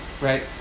Right